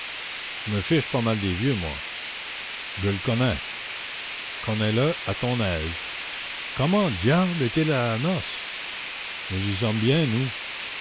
je me fiche pas mal des vieux moi je le connais connais le à ton aise comment diable est-il à la noce nous y sommes bien nous